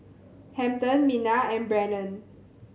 Hampton Minna and Brannon